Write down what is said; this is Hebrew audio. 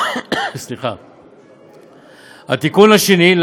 התיקון השני,